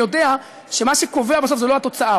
יודע שמה שקובע בסוף זה לא התוצאה.